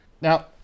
now